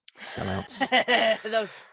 Sellouts